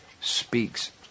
speaks